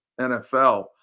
NFL